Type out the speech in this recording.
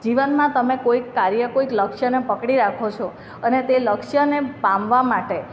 જીવનમાં તમે કોઈક કાર્ય કોઈક લક્ષ્યને પકડી રાખો છો અને તે લક્ષ્યને પામવા માટે